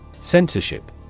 Censorship